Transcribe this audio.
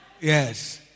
Yes